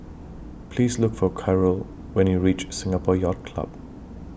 Please Look For Karyl when YOU REACH Singapore Yacht Club